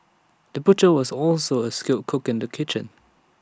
the butcher was also A skilled cook in the kitchen